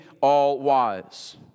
all-wise